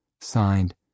Signed